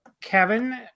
Kevin